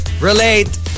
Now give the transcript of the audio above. Relate